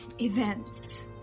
events